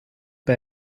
bei